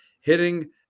hitting